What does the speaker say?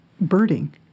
birding